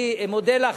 אני מודה לך,